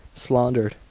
slandered,